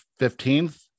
15th